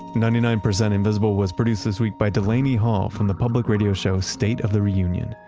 ninety nine percent invisible was produced this week by delaney hall from the public radio show, state of the re union.